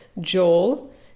joel